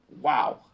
wow